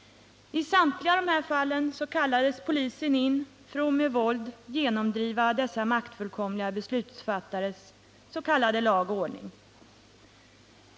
I samtliga dessa fall kallades polisen in för att med våld genomdriva dessa maktfullkomliga beslutfattares s.k. lag och ordning.